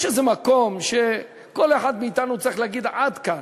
יש איזה מקום שכל אחד מאתנו צריך להגיד: עד כאן.